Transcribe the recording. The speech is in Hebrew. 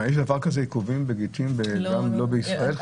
מה, יש עיכובים בגיטין לא בישראל?